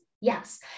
yes